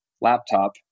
laptop